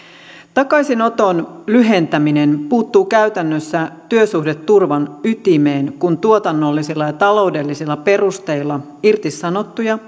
takaisinoton lyhentäminen puuttuu käytännössä työsuhdeturvan ytimeen kun tuotannollisilla ja taloudellisilla perusteilla irtisanottuja